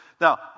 Now